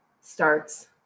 starts